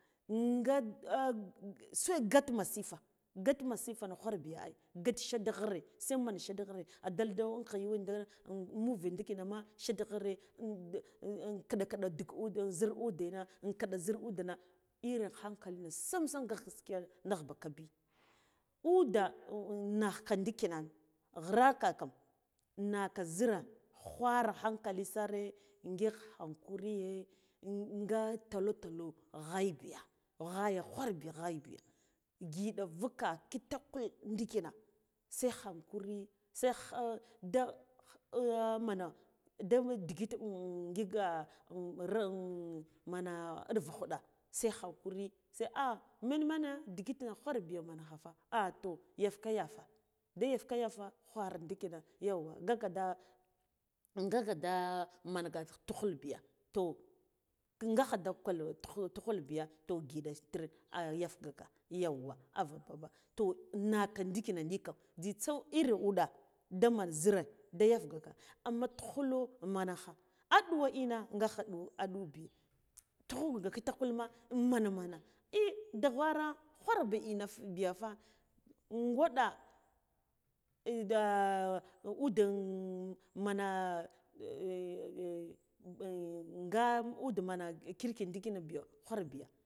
Nga sai gat masifa gat masifana khwara bi ai gat shataghre sai man shataghre a dalda wanke yuwe nda un muvi ndi khina ma shataghre in khiɗi khiɗi duk zhir udena in khiɗa zhir udena irin hankaliye sam sam gaskiya nagh bakabi uda naghka ghrarka kam naka zhira khwara hankali sare ngik hankuriye nga talotalo ghayabiya ghaya gwarbiya ngiɗa vugka hitakul ndikina sai hankuri sai kha da da man da digit ngik mana urva khuɗa sai hankuri sai ah men mane ndigit na ghwarbiya manafa ahtoh yafeka yafa da yafeka yafa ghwara ndikina yauwa ngaka da ngaka da manga tukhul biya to ngakha da kwal tukhul tukhul biya to ngiɗa tir ah yafegaka yauwa av babba toh naka ndikhina nika njitsa iri wuɗa daman zhira da yafgaka amma tukhulo mankha aɗuwo ina ngakha aɗuwo aɗuwo bi tukhu nga kitakul ma man mana ei dughawara ghwarba ghwarbiya inafa gwaɗa ude mana nga ud man kirki dikhin biyo ghwarbiyo.